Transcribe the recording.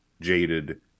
jaded